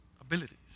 abilities